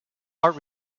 art